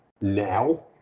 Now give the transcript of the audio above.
now